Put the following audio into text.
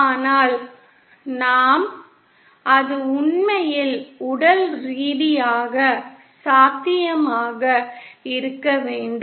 ஆனால் நாம் அது உண்மையில் உடல் ரீதியாக சாத்தியமாக இருக்க வேண்டும்